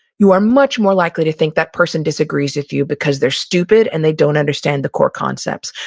you are much more likely to think that person disagrees with you because they're stupid, and they don't understand the core concepts.